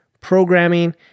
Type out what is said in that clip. programming